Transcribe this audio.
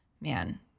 man